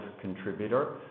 contributor